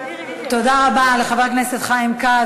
תודה רבה לחבר הכנסת חיים כץ,